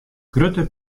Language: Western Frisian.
grutte